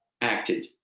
acted